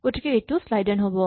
গতিকে এইটো slice end হ'ব